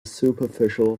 superficial